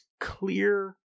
clear